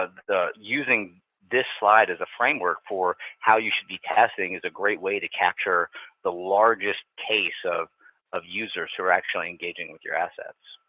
using this slide as a framework for how you should be testing is a great way to capture the largest case of of users who are actually engaging with your assets.